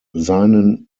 seinen